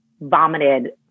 vomited